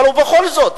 אבל בכל זאת,